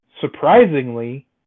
Surprisingly